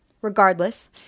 Regardless